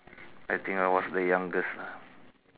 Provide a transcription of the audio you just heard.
I think I was the youngest lah